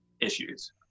issues